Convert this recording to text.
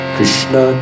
Krishna